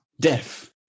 death